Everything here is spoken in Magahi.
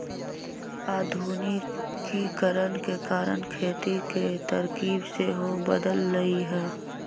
आधुनिकीकरण के कारण खेती के तरकिब सेहो बदललइ ह